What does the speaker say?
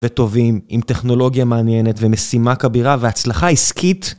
וטובים, עם טכנולוגיה מעניינת ומשימה כבירה והצלחה עסקית...